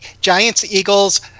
Giants-Eagles